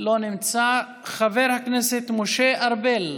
לא נמצא, חבר הכנסת משה ארבל,